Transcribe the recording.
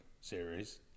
series